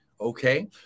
Okay